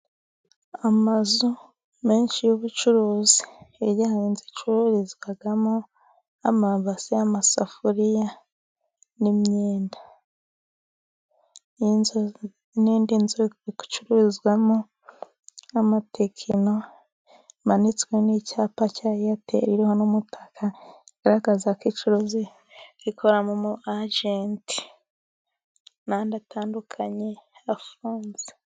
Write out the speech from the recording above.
Amazu menshi y'ubucuruzi. Hirya hari inzu icururizwamo amabase, amasafuriya, n'imyenda. N'indi nzu iri gucururizwamo amatekino, hamanitswe n'icyapa cya Airtel, iriho n'umutaka, igaragaza ko icuruza, ikoreramo umu ajenti. N'andi atandukanye, afunze.